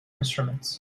instruments